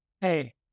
hey